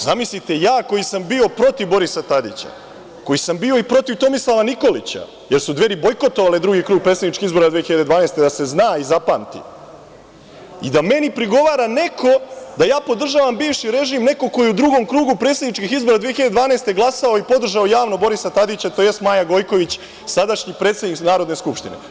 Zamislite, ja koji sam bio protiv Borisa Tadića, koji sam bio i protiv Tomislava Nikolića, jer su Dveri bojkotovale drugi krug predsedničkih izbora 2012, da se zna i zapamti, i da meni prigovara neko da ja podržavam bivši režim, neko ko je u drugom krugu predsedničkih izbora 2012. glasao i podržao javno Borisa Tadića, tj. Maja Gojković, sadašnji predsednik Narodne skupštine.